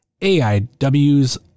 AIW's